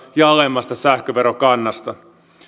ja alemmasta sähköverokannasta